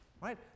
right